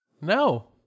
No